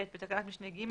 בתקנת משנה (ג),